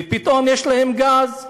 ופתאום יש להם גז,